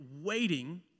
waiting